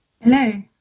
Hello